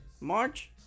March